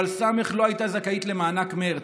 אבל ס' לא הייתה זכאית למענק מרץ.